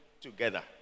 together